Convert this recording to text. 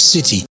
City